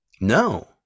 No